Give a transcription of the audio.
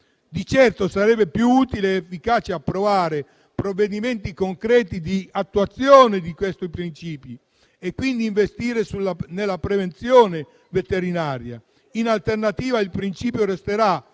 Di certo sarebbe più utile ed efficace approvare provvedimenti concreti di attuazione di questo principio e, quindi, investire nella prevenzione veterinaria. In alternativa, il principio resterà